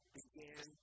began